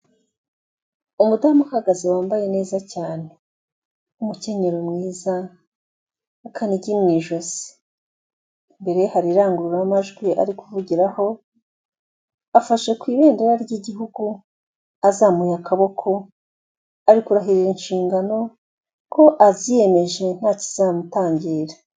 Umudamu uhagaze wambaye neza cyane, umukenyero mwiza, akanigi mu ijosi , imbere ye hari irangururamajwi ari kuvugiraho, afashe ku ibendera ry'igihugu azamuye akaboko, ari kurahira inshingano ko aziyemeje ntakizamutangira.